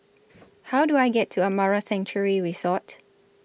How Do I get to Amara Sanctuary Resort